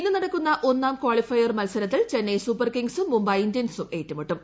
ഇന്ന് നടക്കുന്ന ഒന്നാം കാളിഫയർ മൽസ്ര്ത്തിൽ ചെന്നൈ സൂപ്പർകിങ്സും മുംബൈ ഇൻഡ്യൻസ്ടൂം ഏറ്റുമുട്ടും